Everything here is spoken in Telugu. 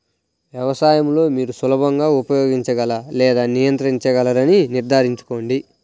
వ్యవసాయం లో మీరు సులభంగా ఉపయోగించగల లేదా నియంత్రించగలరని నిర్ధారించుకోండి